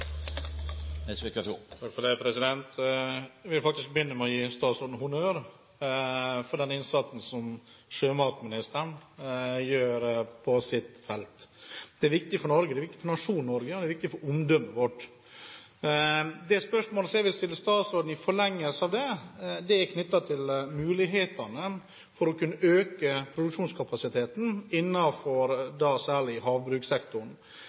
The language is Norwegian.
Jeg vil faktisk begynne med å gi statsråden honnør for den innsatsen som sjømatministeren gjør på sitt felt. Det er viktig for Norge, det er viktig for nasjonen Norge, og det er viktig for omdømmet vårt. Det spørsmålet som jeg vil stille statsråden i forlengelsen av det, er knyttet til mulighetene for å kunne øke produksjonskapasiteten innenfor særlig havbrukssektoren.